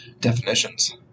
Definitions